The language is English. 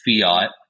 fiat